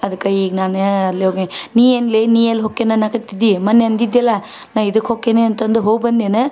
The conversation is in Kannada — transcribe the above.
ಅದಕ್ಕೆ ಈಗ ನಾನು ಅಲ್ಲಿಯೇ ಹೋಗಿನಿ ನೀ ಏನಲೇ ನೀ ಎಲ್ಲಿ ಹೊಕ್ಕೇನಿ ಅನ್ನಾಕತಿದ್ದಿ ಮೊನ್ನೆ ಅಂದಿದ್ಯಲ್ಲ ನಾನು ಇದಕ್ಕೆ ಹೊಕ್ಕೇನಿ ಅಂತಂದು ಹೋಗಿ ಬಂದೆಯೇನ